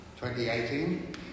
2018